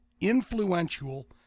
influential